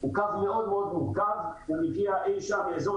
הוא קו מאוד מאוד מורכב ומגיע אי שם מאזור